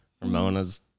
Ramona's